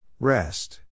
Rest